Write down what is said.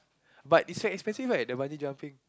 but it's expensive right the bungee jumping